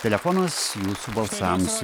telefonas jūsų balsams